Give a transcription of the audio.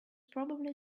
probably